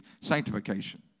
sanctification